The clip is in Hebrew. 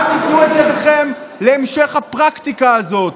אל תיתנו את ידכם להמשך הפרקטיקה הזאת.